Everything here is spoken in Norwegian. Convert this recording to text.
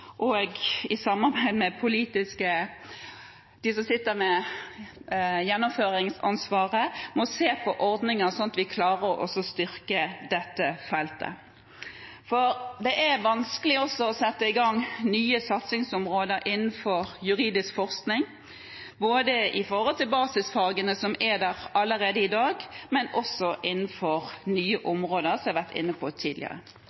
i samarbeid med dem som sitter med gjennomføringsansvaret – må se på ordninger, slik at vi klarer å styrke dette feltet. For det er vanskelig å sette i gang nye satsingsområder innenfor juridisk forskning, både innenfor basisfagene som er der allerede i dag, og også innenfor nye områder, som jeg har vært inne på tidligere.